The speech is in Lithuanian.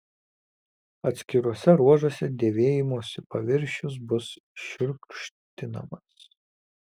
atskiruose ruožuose dėvėjimosi paviršius bus šiurkštinamas